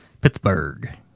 Pittsburgh